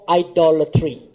idolatry